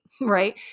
right